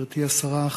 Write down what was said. גברתי השרה,